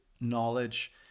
knowledge